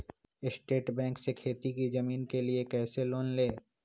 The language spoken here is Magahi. स्टेट बैंक से खेती की जमीन के लिए कैसे लोन ले?